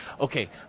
okay